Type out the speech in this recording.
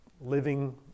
living